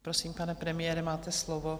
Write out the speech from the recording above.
Prosím, pane premiére, máte slovo.